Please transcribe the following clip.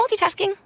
multitasking